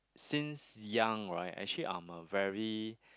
since young right actually I'm a very